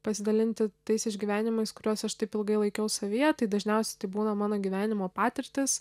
pasidalinti tais išgyvenimais kuriuos aš taip ilgai laikiau savyje tai dažniausiai tai būna mano gyvenimo patirtys